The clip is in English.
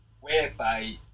whereby